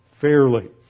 fairly